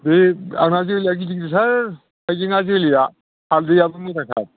आंना जोलैया गिदिर गिदिरथार हायजेङा जोलैया हालदैयाबो मोजांथार